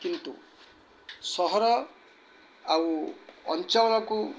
କିନ୍ତୁ ସହର ଆଉ ଅଞ୍ଚଳକୁ